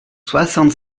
soixante